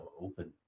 open